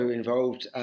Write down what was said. involved